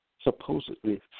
supposedly